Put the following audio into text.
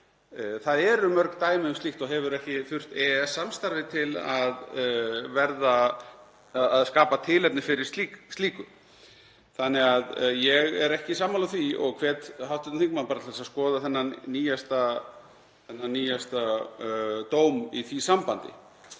Það eru mörg dæmi um slíkt og hefur ekki þurft EES-samstarfið til að skapa tilefni fyrir slíkt. Þannig að ég er ekki sammála því og hvet hv. þingmann bara til þess að skoða þennan nýjasta dóm í því sambandi.